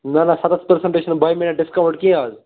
نہَ نہَ سَتتھ پٔرسنٹ چھُنہٕ بٲیہِ میٛانہِ ڈِسکاوٗنٛٹ کیٚنٛہہ اَز